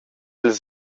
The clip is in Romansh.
ils